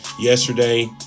yesterday